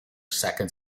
second